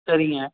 சரிங்க